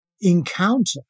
encounter